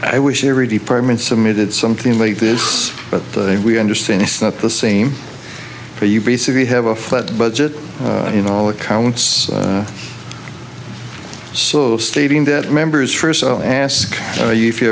i wish every department submitted something like this but we understand it's not the same for you basically have a flat budget in all accounts so stating that members first so ask you if you